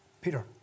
Peter